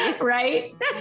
right